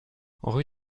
rue